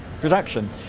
production